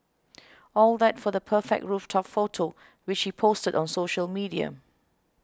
all that for the perfect rooftop photo which he posted on social media